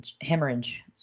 hemorrhage